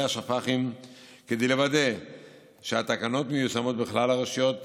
השפ"חים כדי לוודא שהתקנות מיושמות בכלל הרשויות